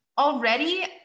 Already